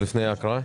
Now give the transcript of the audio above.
תודה רבה,